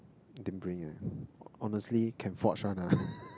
I didn't bring eh honestly can forge one ah